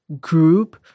group